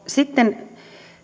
sitten